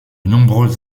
nombreuses